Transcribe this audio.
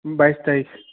বাইছ তাৰিখ